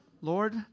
Lord